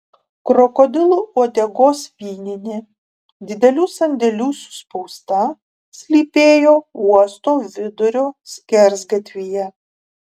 krokodilo uodegos vyninė didelių sandėlių suspausta slypėjo uosto vidurio skersgatvyje